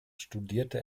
studierte